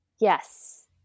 Yes